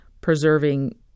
preserving